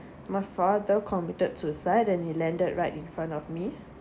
my father committed suicide and he landed right in front of me